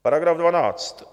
§ 12.